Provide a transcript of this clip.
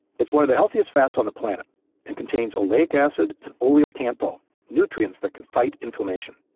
it's one of the healthiest fats on the planet and contains oleic acid and oleocanthal nutrients that can fight inflammation.